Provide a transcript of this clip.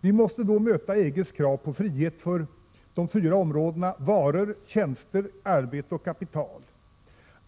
Vi måste då möta EG:s krav på frihet för de fyra områdena varor, tjänster, arbete och kapital.